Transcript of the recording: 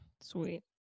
sweet